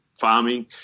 farming